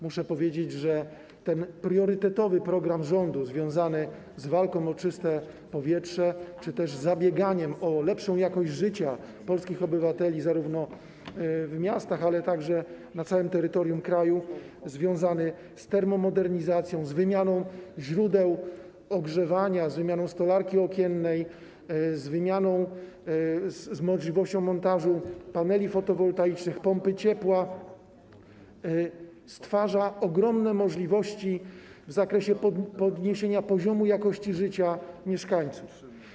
Muszę powiedzieć, że ten priorytetowy program rządu, który jest związany z walką o czyste powietrze czy też zabieganiem o lepszą jakość życia polskich obywateli zarówno w miastach, jak i na całym terytorium kraju, z termomodernizacją, wymianą źródeł ogrzewania, wymianą stolarki okiennej, z możliwością montażu paneli fotowoltaicznych i pomp ciepła, stwarza ogromne możliwości w zakresie podniesienia poziomu jakości życia mieszkańców.